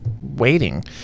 waiting